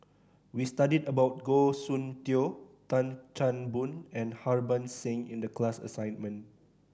we studied about Goh Soon Tioe Tan Chan Boon and Harbans Singh in the class assignment